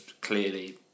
clearly